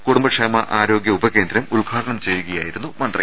കുടും ബക്ഷേമ ആരോഗൃ ഉപകേന്ദ്രം ഉദ്ഘാടനം ചെയ്യുകയായിരുന്നു മന്ത്രി